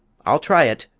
i'll try it!